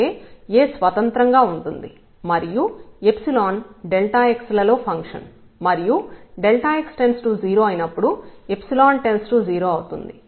అంటే A స్వతంత్రంగా ఉంటుంది మరియు ϵ x లలో ఫంక్షన్ మరియు x→0 అయినప్పుడు ϵ→0 అవుతుంది